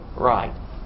right